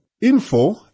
info